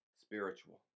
spiritual